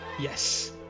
Yes